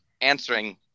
Answering